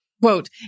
Quote